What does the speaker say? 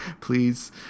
Please